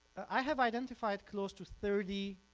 i have identified close to thirty